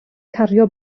cario